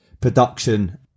production